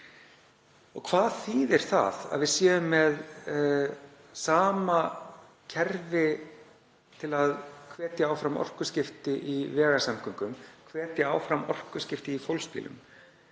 Hvað þýðir það að við séum með sama kerfi til að hvetja áfram orkuskipti í vegasamgöngum, hvetja áfram orkuskipti í fólksbílum